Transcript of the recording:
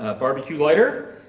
ah barbecue lighter,